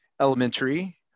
elementary